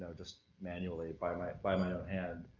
ah just manually, by my, by my own hand.